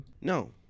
no